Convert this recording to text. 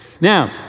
now